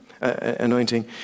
anointing